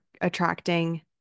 attracting